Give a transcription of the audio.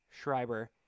Schreiber